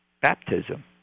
baptism